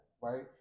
right